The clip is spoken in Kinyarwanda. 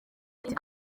ati